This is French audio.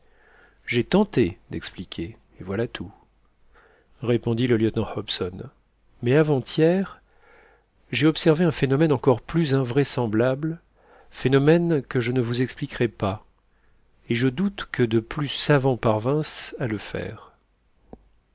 j'ai tenté d'expliquer et voilà tout répondit le lieutenant hobson mais avant-hier j'ai observé un phénomène encore plus invraisemblable phénomène que je ne vous expliquerai pas et je doute que de plus savants parvinssent à le faire